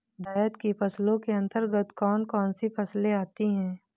जायद की फसलों के अंतर्गत कौन कौन सी फसलें आती हैं?